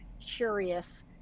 curious